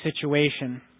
situation